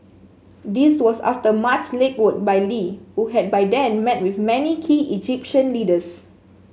this was after much legwork by Lee who had by then met with many key Egyptian leaders